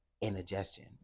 indigestion